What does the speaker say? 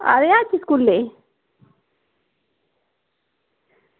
आया दिक्खने ई